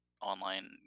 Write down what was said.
online